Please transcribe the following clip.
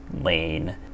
lane